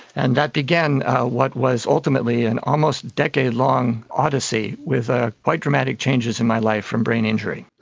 and that began what was ultimately an almost decade-long odyssey with ah quite dramatic changes in my life from brain injury.